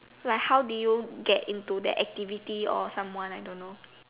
like how did you get into that activity or someone I don't know